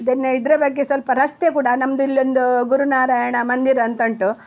ಇದನ್ನೆ ಇದರ ಬಗ್ಗೆ ಸ್ವಲ್ಪ ರಸ್ತೆ ಕೂಡ ನಮ್ಮದು ಇಲ್ಲೊಂದು ಗುರುನಾರಾಯಣ ಮಂದಿರ ಅಂತ ಉಂಟು